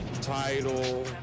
Title